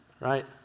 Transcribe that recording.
right